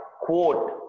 quote